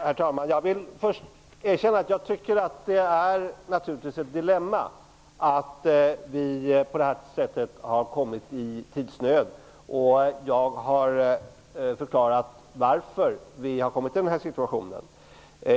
Herr talman! Jag vill först erkänna att jag naturligtvis tycker att det är ett dilemma att vi på det här sättet har kommit i tidsnöd. Jag har också förklarat varför vi har kommit i den situationen.